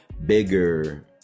bigger